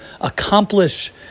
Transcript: accomplish